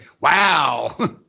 wow